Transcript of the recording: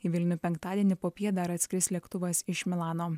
į vilnių penktadienį popiet dar atskris lėktuvas iš milano